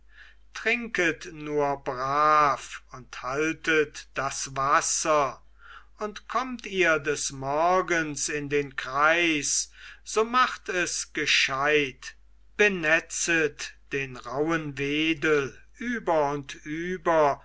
trinket nur brav und haltet das wasser und kommt ihr des morgens in den kreis so macht es gescheit benetzet den rauhen wedel über und über